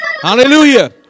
Hallelujah